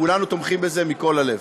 כולנו תומכים בזה מכל הלב.